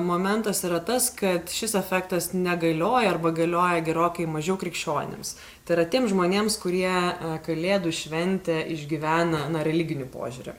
momentas yra tas kad šis efektas negalioja arba galioja gerokai mažiau krikščionims tai yra tiems žmonėms kurie kalėdų šventę išgyvena na religiniu požiūriu